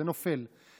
זה נופל.